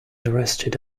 arrested